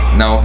no